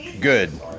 Good